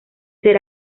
ser